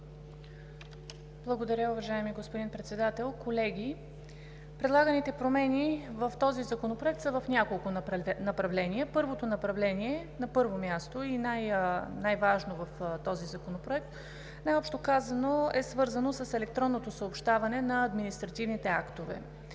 Благодаря, уважаеми господин Председател, колеги! Предлаганите промени в този законопроект са в няколко направления. Първото направление – на първо място и най-важно в този законопроект, е свързано с електронното съобщаване на административните актове.